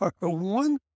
one